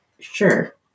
Sure